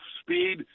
speed